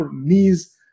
knees